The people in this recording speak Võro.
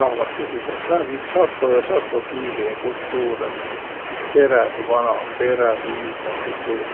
rahvas. Ja sis um sääl viil sato sa sato kiili ja kultuurõ. Perädü vana, perädü iidne kultuur.